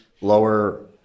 Lower